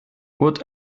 what